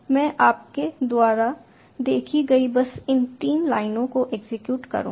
मैं आपके द्वारा देखी गई बस इन तीन लाइनों को एग्जीक्यूट करूंगा